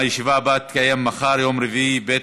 הישיבה הבאה תתקיים מחר, יום רביעי, ב'